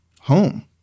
home